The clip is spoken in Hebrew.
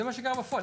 זה מה שקרה בפועל,